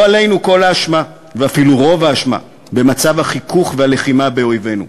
לא עלינו כל האשמה ואפילו רוב האשמה במצב החיכוך והלחימה באויבינו.